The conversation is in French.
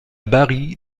bari